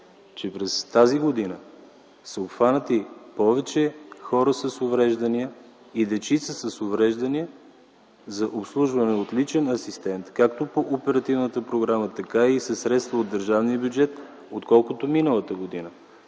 че през тази година са обхванати повече хора с увреждания и дечица с увреждания за обслужване от личен асистент както по Оперативната програма, така и със средства от държавния бюджет, отколкото миналата година.